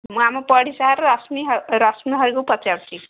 ମୁଁ ଆମ ପଡ଼ିଶା ଘର ରଶ୍ମି ରଶ୍ମି ଭାଇକୁ ପଚାରୁଛି